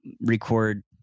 record